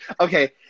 Okay